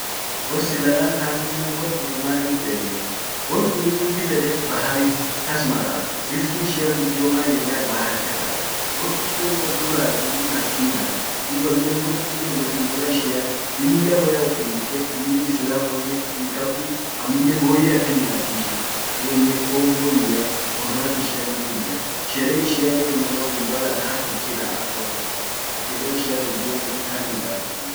Wor Sri Lanka kunnen wor kun wor manif bekenii. Wor kun innin dob ede bahari kas mara. Riski ishian guddio maan yenan bahari kasa. Wor kunnen wor duran innin maskina, dub amminen wor kun, wor inama ishian lilla woyya uffinike dini islamuannen hinkabdu amminen boyye akan nyaati, boyye fon boyyea, hornad ishia boyyea. sherehe ishianen inaman biloan akan hark uf chiraa, ak wordea. sherehe ishian guddion wontan midaffeti ishin inaman kun dib ede.